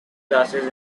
glasses